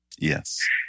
Yes